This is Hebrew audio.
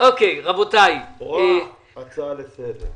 הצעה לסדר.